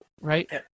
Right